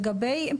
לגבי,